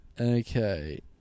okay